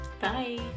Bye